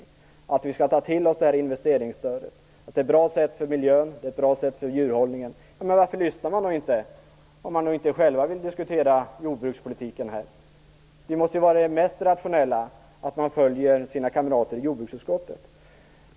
Man har sagt att vi skall ta till oss det här investeringsstödet. Det är bra för miljön och för djurhållningen. Varför lyssnar man då från arbetsmarknadsutskottets sida inte på detta, om man inte själva vill diskutera jordbrukspolitiken? Det mest rationella måste ju vara att man följer sina kamrater i jordbruksutskottet.